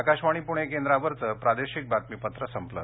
आकाशवाणी पूणे केंद्रावरचं प्रादेशिक बातमीपत्र संपलं